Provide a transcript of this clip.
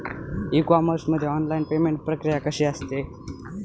E commerce मध्ये online payment प्रक्रिया कशी असते?